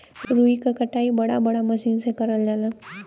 रुई क कटाई बड़ा बड़ा मसीन में करल जाला